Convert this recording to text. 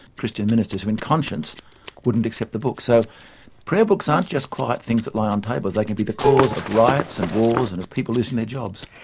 christian ministers who in conscience wouldn't accept the book. so prayer books aren't just quiet things that lie on tables. they can be the cause of riots and wars and of people losing their jobs.